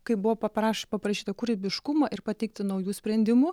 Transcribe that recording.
kai buvo papraš paprašyta kūrybiškumo ir pateikti naujų sprendimų